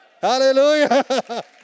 hallelujah